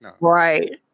Right